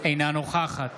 אינה נוכחת